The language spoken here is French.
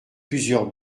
plusieurs